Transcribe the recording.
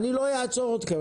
לא אעצור אתכם.